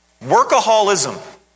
Workaholism